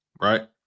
right